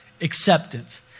acceptance